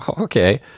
okay